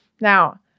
Now